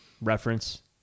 reference